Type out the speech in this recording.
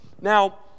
Now